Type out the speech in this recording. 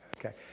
Okay